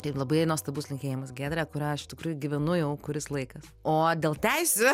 tai labai nuostabus linkėjimas giedre kur a iš tikrųjų gyvenu jau kuris laikas o dėl teisių